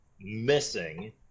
missing